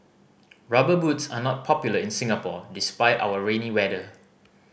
Rubber Boots are not popular in Singapore despite our rainy weather